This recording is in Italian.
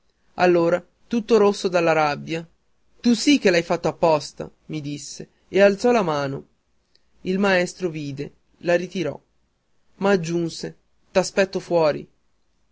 allora tutto rosso dalla rabbia tu sì che l'hai fatto apposta mi disse e alzò la mano il maestro vide la ritirò ma soggiunse t'aspetto fuori